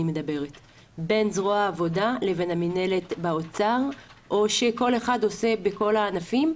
בין זרוע העבודה לבין המינהלת באוצר או שכל אחד עושה בכל הענפים?